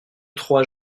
trois